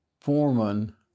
Foreman